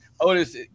Otis